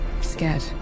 scared